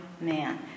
man